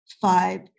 five